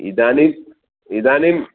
इदानीम् इदानीं